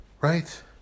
Right